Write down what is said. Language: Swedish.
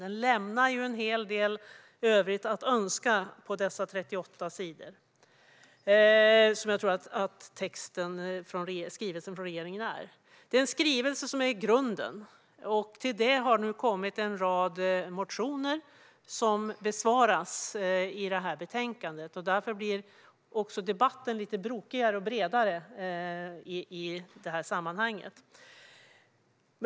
Den lämnar en hel del övrigt att önska på dessa 38 sidor, som jag tror att skrivelsen från regeringen är. Det är skrivelsen som är grunden. Till den har nu kommit en rad motioner som besvaras i betänkandet. Därför blir också debatten lite brokigare och bredare i sammanhanget.